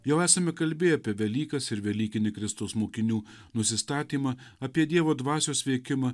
jau esame kalbėję apie velykas ir velykinį kristaus mokinių nusistatymą apie dievo dvasios veikimą